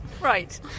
Right